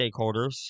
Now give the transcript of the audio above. stakeholders